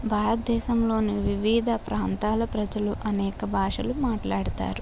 భారతదేశంలోని వివిధ ప్రాంతాల ప్రజలు అనేక భాషలు మాట్లాడతారు